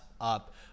up